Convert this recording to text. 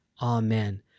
amen